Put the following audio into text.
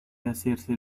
hacerse